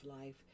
life